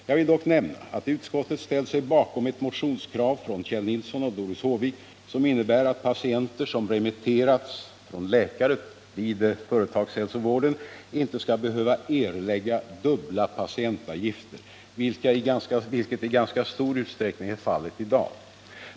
Jag vill dock nämna att utskottet ställt sig bakom ett motionskrav från Kjell Nilsson och Doris Håvik, som innebär att patienter som remitterats från läkare vid företagshälsovården inte skall behöva erlägga dubbla patientavgifter, vilket i ganska stor utsträckning är fallet i dag.